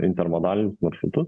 intermodalinius maršrutus